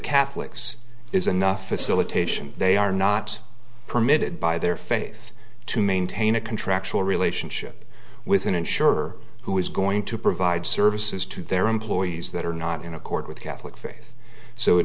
catholics is enough facilities they are not permitted by their faith to maintain a contractual relationship with an insurer who is going to provide services to their employees that are not in accord with catholic faith so it